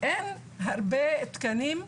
אין הרבה תקנים,